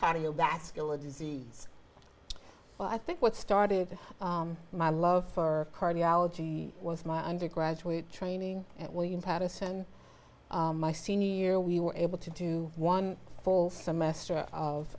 cardiovascular disease well i think what started my love for cardiology was my undergraduate training at william patterson my senior year we were able to do one fall semester of